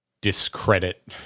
discredit